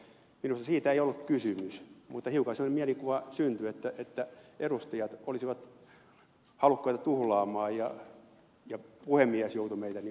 minusta siitä ei ollut kysymys mutta hiukan semmoinen mielikuva syntyi että edustajat olisivat halukkaita tuhlaamaan ja puhemies joutui meitä pistämään järjestykseen